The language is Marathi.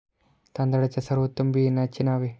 तांदळाच्या सर्वोत्तम बियाण्यांची नावे?